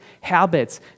habits